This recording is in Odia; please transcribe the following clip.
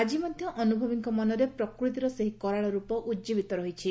ଆଜି ମଧ୍ଧ ଅନୁଭବୀଙ୍କ ମନରେ ପ୍ରକୃତିର ସେହି କରାଳ ର୍ପ ଉଜୀବିତ ରହିଛି